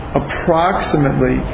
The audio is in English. approximately